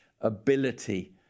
ability